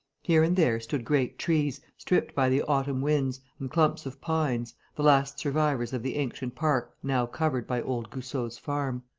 here and there stood great trees, stripped by the autumn winds, and clumps of pines, the last survivors of the ancient park now covered by old goussot's farm.